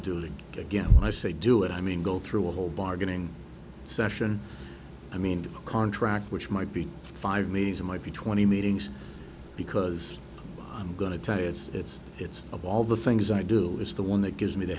to do it again when i say do it i mean go through a whole bargaining session i mean a contract which might be five meetings it might be twenty meetings because i'm going to tell you it's it's it's of all the things i do is the one that gives me the